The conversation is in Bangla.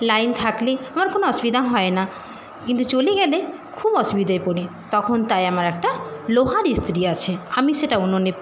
লাইন থাকলে আমার কোনও অসুবিধা হয় না কিন্তু চলে গেলে খুব অসুবিধায় পড়ি তখন তাই আমার একটা লোহার ইস্তিরি আছে আমি সেটা উনুনে